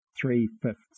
three-fifths